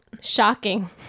Shocking